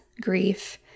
grief